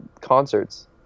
concerts